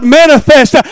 manifest